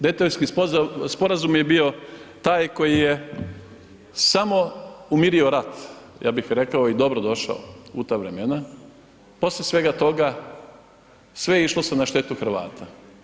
Dejtonski sporazum je bio taj koji je samo umirio rat, ja bih rekao i dobro došao u ta vremena, poslije svega toga, sve je išlo se na štetu Hrvata.